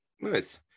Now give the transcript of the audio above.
Nice